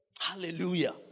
Hallelujah